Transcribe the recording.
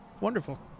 wonderful